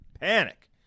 panic